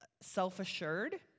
self-assured